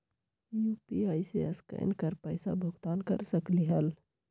UPI से scan कर पईसा भुगतान कर सकलीहल?